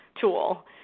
tool